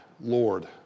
Lord